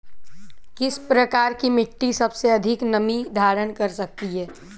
किस प्रकार की मिट्टी सबसे अधिक नमी धारण कर सकती है?